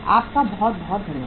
आप सबका बहुत धन्यवाद